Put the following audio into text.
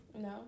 No